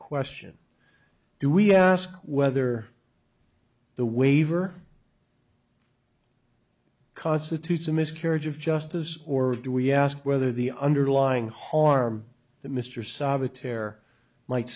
question do we ask whether the waiver constitutes a miscarriage of justice or do we ask whether the underlying harm the mr